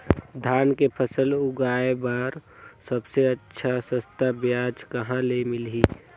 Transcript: धान के फसल उगाई बार सबले अच्छा सस्ता ब्याज कहा ले मिलही?